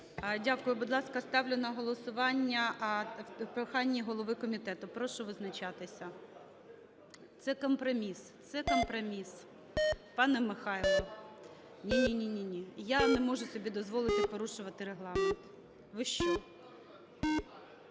Дякую. Будь ласка, ставлю на голосування, прохання голови комітету, прошу визначатися. Це компроміс, це компроміс, пане Михайло. Ні, ні, я не можу собі дозволити порушувати Регламент, ви що.